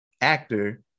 actor